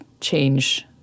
change